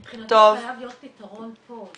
מבחינתי חייב להיות פתרון פה.